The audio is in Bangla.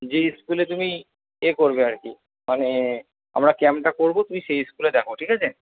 যে ইস্কুলে তুমি এ করবে আর কি মানে আমরা ক্যাম্পটা করবো তুমি সেই স্কুলে দেখো ঠিক আছে